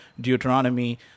Deuteronomy